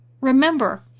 Remember